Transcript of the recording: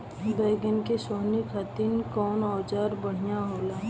बैगन के सोहनी खातिर कौन औजार बढ़िया होला?